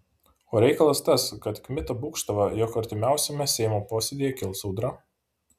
o reikalas tas kad kmita būgštavo jog artimiausiame seimo posėdyje kils audra